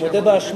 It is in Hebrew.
אני מודה באשמה.